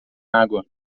água